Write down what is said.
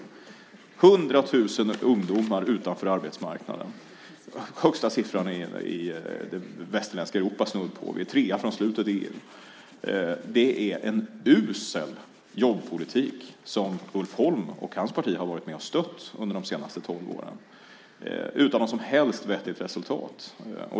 100 000 ungdomar befinner sig utanför arbetsmarknaden. Det är snudd på den högsta siffran i Västeuropa. Vi är trea från slutet i EU. Det är en usel jobbpolitik som Ulf Holm och hans parti stött under de senaste tolv åren - utan något som helst vettigt resultat.